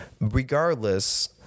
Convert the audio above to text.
Regardless